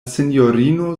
sinjorino